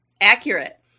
Accurate